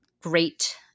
great